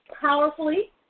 powerfully